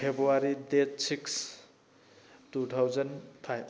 February date six two thousand five